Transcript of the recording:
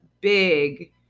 big